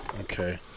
Okay